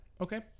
Okay